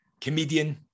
comedian